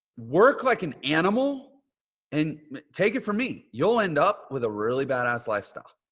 work like an animal and take it from me. you'll end up with a really bad ass lifestyle,